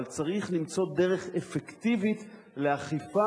אבל צריך למצוא דרך אפקטיבית לאכיפה,